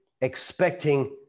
expecting